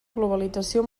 globalització